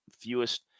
fewest